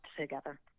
together